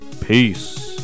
Peace